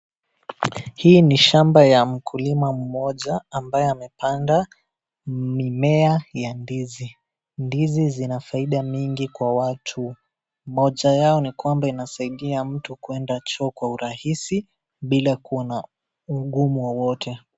Hii ni shamba ya mkulima mmoja ambaye amepanda mime ya ndizi, ndizi zinafaida nyingi kwa watu, moja yao ni kwamba inasaidia mtu kuenda choo kwa urahisi bila kuwa na ugumu wowote.